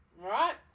Right